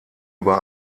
über